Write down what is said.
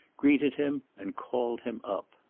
greeted him and called him up.